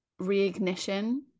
reignition